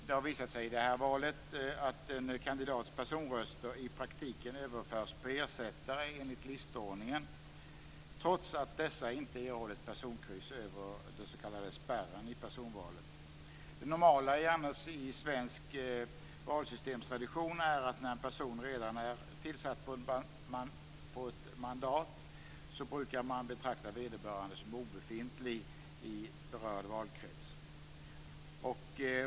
Det har visat sig i det här valet att en kandidats personröster i praktiken överförts på ersättare enligt listordningen, trots att dessa inte erhållit personkryss över den s.k. spärren i personvalet. Det normala i svensk valsystemstradition är att när en person redan är tillsatt på ett mandat betraktas vederbörande som obefintlig i berörd valkrets.